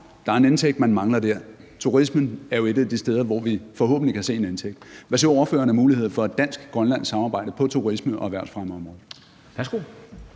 der er en indtægt, man mangler der. Turismen er jo et af de steder, hvor vi forhåbentlig kan se en indtægt. Hvad ser ordføreren af muligheder for et dansk-grønlandsk samarbejde på turisme- og erhvervsfremmeområdet?